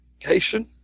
education